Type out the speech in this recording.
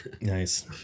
Nice